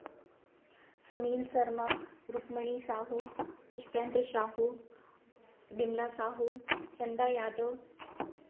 Sunil Sharma Rukmani Sahu Pushpendra Sahu Vimla Sahu Chanda Yadav